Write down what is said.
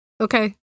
Okay